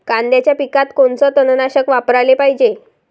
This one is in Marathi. कांद्याच्या पिकात कोनचं तननाशक वापराले पायजे?